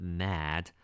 mad